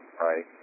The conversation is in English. right